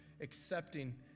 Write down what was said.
accepting